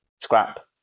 scrap